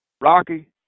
Rocky